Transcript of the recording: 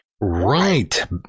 Right